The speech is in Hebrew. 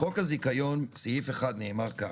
בחוק הזיכיון, סעיף 1, נאמר כך: